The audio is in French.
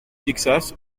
texas